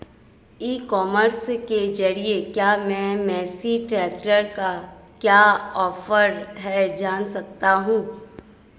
ई commerce के ज़रिए क्या मैं मेसी ट्रैक्टर का क्या ऑफर है जान सकता हूँ?